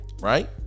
Right